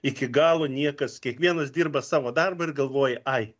iki galo niekas kiekvienas dirba savo darbą ir galvoja ai